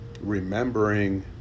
Remembering